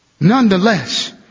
Nonetheless